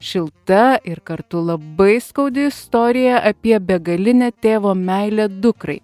šilta ir kartu labai skaudi istorija apie begalinę tėvo meilę dukrai